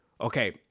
Okay